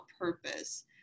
purpose